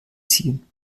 ziehen